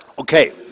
Okay